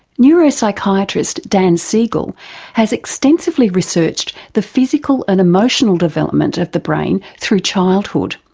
neuropsychiatrist dan siegel has extensively researched the physical and emotional development of the brain through childhood.